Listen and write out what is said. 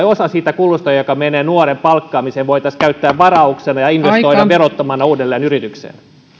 osa siitä kulusta joka menee nuoren palkkaamiseen voitaisiin käyttää varauksena ja investoida verottomana uudelleen yritykseen